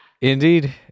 Indeed